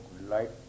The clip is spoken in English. light